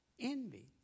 envy